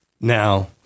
Now